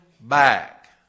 back